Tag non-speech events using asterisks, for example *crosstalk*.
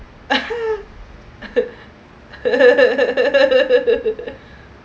*noise* *laughs*